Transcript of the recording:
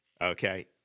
Okay